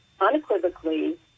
unequivocally